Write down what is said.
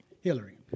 Hillary